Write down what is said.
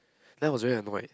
then I was very annoyed